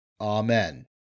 Amen